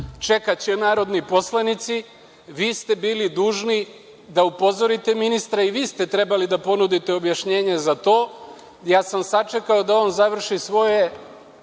čekaće narodni poslanici. Vi ste bili dužni da upozorite ministre i vi ste trebali da ponudite objašnjenje za to. Ja sam sačekao da on završi svoje